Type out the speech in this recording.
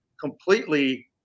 completely